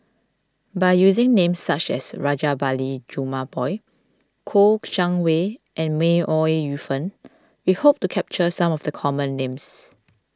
by using names such as Rajabali Jumabhoy Kouo Shang Wei and May Ooi Yu Fen we hope to capture some of the common names